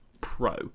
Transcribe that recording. pro